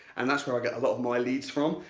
and that's where i get a lot of my leads from.